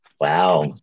Wow